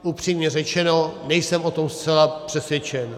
Upřímně řečeno, nejsem o tom zcela přesvědčen.